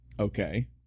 Okay